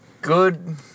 good